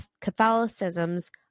Catholicism's